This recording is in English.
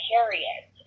Harriet